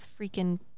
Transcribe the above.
freaking